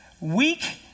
weak